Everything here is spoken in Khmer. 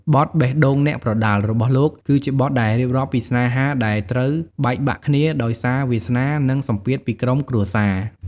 បទ បេះដូងអ្នកប្រដាល់ របស់លោក គឺជាបទដែលរៀបរាប់ពីស្នេហាដែលត្រូវបែកបាក់គ្នា ដោយសារវាសនា និងសម្ពាធពីក្រុមគ្រួសារ។